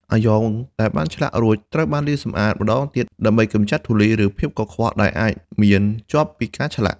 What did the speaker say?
អាយ៉ងដែលបានឆ្លាក់រួចត្រូវបានលាងសម្អាតម្តងទៀតដើម្បីកម្ចាត់ធូលីឬភាពកខ្វក់ដែលអាចមានជាប់ពីការឆ្លាក់។